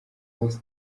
munsi